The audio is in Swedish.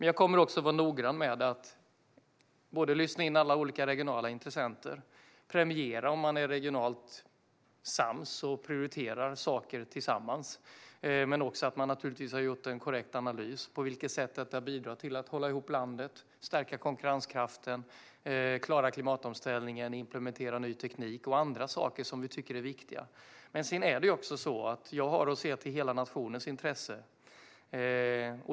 Jag kommer att vara noggrann med att lyssna in alla olika regionala intressenter och premiera om man är regionalt sams och prioriterar saker tillsammans. Men det gäller naturligtvis också att man har gjort en korrekt analys av på vilket sätt det bidrar till att hålla ihop landet, stärka konkurrenskraften, klara klimatomställningen, implementera ny teknik och andra saker som vi tycker är viktiga. Det är också så att jag har att se till hela nationens intresse.